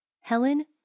Helen